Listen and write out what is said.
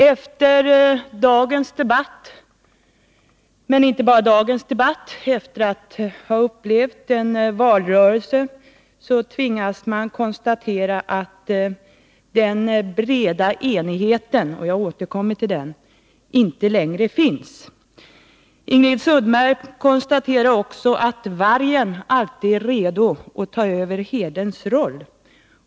Efter dagens debatt och efter att ha upplevt valrörelsen tvingas man konstatera att den breda enigheten inte längre finns. Ingrid Sundberg konstaterade också att vargen alltid är redo att ta över herdens roll.